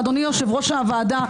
ואדוני יושב-ראש הוועדה,